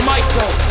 Michael